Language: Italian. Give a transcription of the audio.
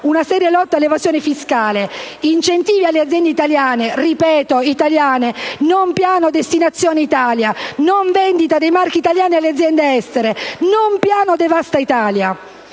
una seria lotta all'evasione fiscale; incentivi alle aziende italiane (ripeto: italiane), non "Piano destinazione Italia", non vendita dei marchi italiani alle aziende estere, non "Piano devasta Italia";